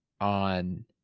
on